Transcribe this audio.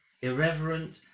irreverent